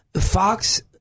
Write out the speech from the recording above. Fox